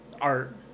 art